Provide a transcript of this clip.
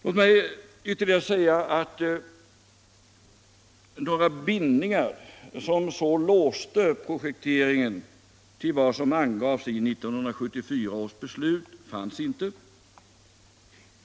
Låt mig ytterligare säga att några bindningar som låste projekteringen till vad som angavs i 1974 års beslut inte fanns.